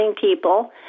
people